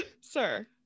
sir